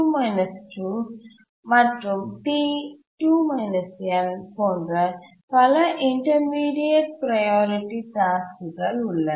மற்றும் T2 n போன்ற பல இன்டர்மீடியட் ப்ரையாரிட்டி டாஸ்க் உள்ளன